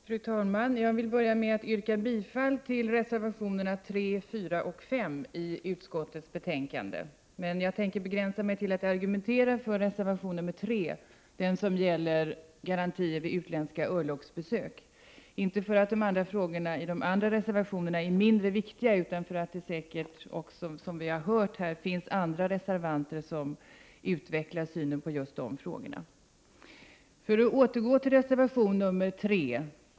Fru talman! Jag vill till att börja med yrka bifall till reservationerna 3, 4 och S vid utskottets betänkande, men jag tänker begränsa mig till att argumentera för reservation nr 3, som gäller garantier vid utländska örlogsbesök. Jag menar inte att frågorna i de andra reservationerna är mindre viktiga, men det finns också, som vi har hört här, andra reservanter, som kan utveckla synen på just de frågorna. Låt mig anknyta till reservation nr 3.